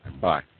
bye